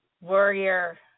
warrior